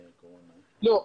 לא.